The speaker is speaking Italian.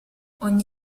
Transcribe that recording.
ogni